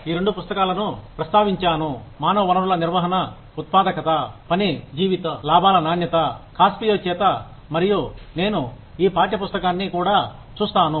నేను ఈ రెండు పుస్తకాలను ప్రస్తావించాను మానవ వనరుల నిర్వహణ ఉత్పాదకత పని జీవిత లాభాల నాణ్యత కాస్సియో చేత మరియు నేను ఈ పాఠ్య పుస్తకాన్ని కూడా చూస్తాను